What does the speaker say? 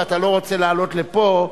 ואתה לא רוצה לעלות לפה,